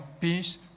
peace